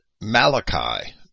Malachi